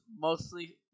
Mostly